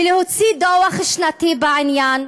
ולהוציא דוח שנתי בעניין,